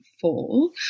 fall